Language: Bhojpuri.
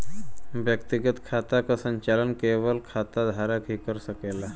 व्यक्तिगत खाता क संचालन केवल खाता धारक ही कर सकला